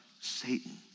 Satan